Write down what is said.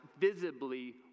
visibly